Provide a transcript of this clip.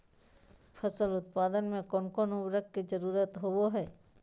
फसल उत्पादन में कोन कोन उर्वरक के जरुरत होवय हैय?